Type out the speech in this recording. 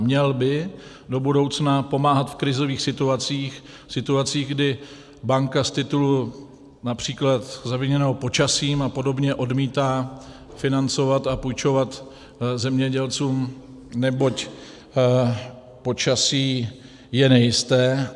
Měl by do budoucna pomáhat v krizových situacích, situacích, kdy banka z titulu například zaviněného počasím apod. odmítá financovat a půjčovat zemědělcům, neboť počasí je nejisté.